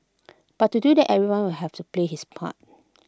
but to do that everyone will have to play his part